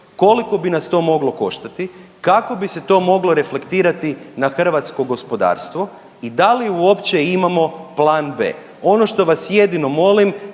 koliko bi nas to moglo koštati, kako bi se to moglo reflektirati na hrvatsko gospodarstvo i da li uopće imamo plan B? Ono što vas jedino molim